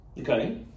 Okay